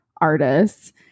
artists